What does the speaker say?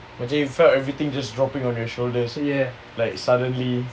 macam you felt just dropping on your shoulders like suddenly